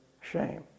shame